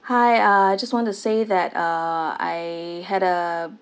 hi uh just want to say that uh I had a